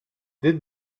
dit